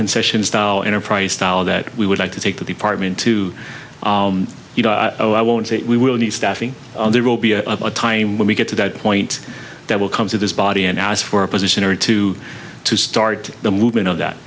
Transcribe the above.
concessions style enterprise style that we would like to take the department to oh i won't say we will need staffing there will be a time when we get to that point that will come to this body and ask for a position or two to start the movement of that